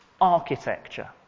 architecture